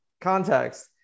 context